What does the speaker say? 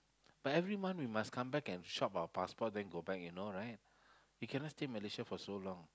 but every month we must come back and chop our passport then go back you know right we cannot stay Malaysia for so long